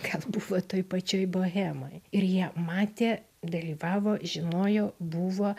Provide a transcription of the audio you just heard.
gal buvo toj pačioj bohemoj ir jie matė dalyvavo žinojo buvo